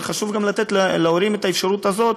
אבל חשוב גם לתת להורים את האפשרות הזאת,